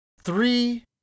three